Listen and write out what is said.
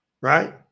right